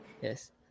Yes